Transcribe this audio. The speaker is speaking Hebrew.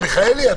מיכאלי,